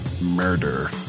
murder